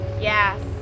Yes